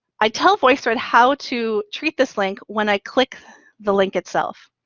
i tell voicethread how to treat this link when i click the link itself.